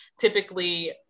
typically